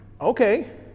Okay